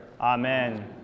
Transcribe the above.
Amen